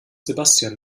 sebastian